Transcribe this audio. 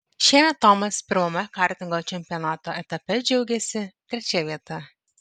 šiemet tomas pirmame kartingo čempionato etape džiaugėsi trečia vieta